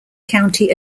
county